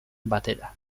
batera